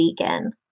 vegan